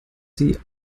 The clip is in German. sie